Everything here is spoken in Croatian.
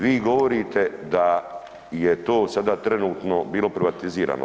Vi govorite da je to sada trenutno bilo privatizirano.